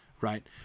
right